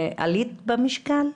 עלית במשקל,